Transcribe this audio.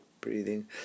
breathing